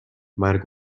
مرگ